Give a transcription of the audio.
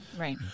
Right